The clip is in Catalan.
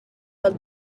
del